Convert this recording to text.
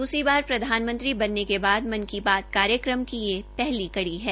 दूसरी बार प्रधानमंत्री बनने के बाद मन की बात कार्यकम की यह पहली कड़ी है